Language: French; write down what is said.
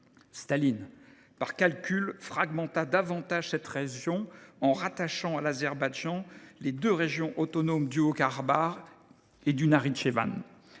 Staline, par calcul, fragmenta davantage cette région, en rattachant à l’Azerbaïdjan les deux régions autonomes du Haut Karabagh et du Nakhitchevan.